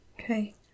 okay